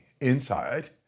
inside